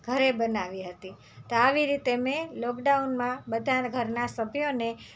ઘરે બનાવી હતી તો આવી રીતે મેં લોકડાઉનમાં બધા ઘરના સભ્યોને